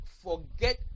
forget